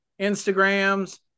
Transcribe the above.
Instagrams